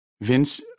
Vince